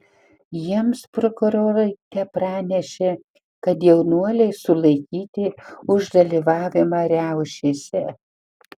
jiems prokurorai tepranešė kad jaunuoliai sulaikyti už dalyvavimą riaušėse